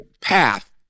path